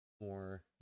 more